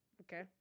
Okay